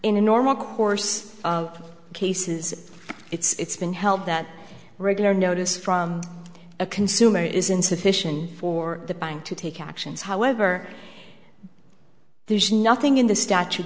the normal course of cases it's been held that regular notice from a consumer is insufficient for the bank to take actions however there's nothing in the statute